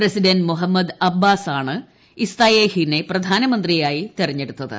president Muhammad അബ്ബാസാണ് ഇസ്തായേഹിനെ പ്രധാനമന്ത്രിയായി തെരഞ്ഞെടുത്തത്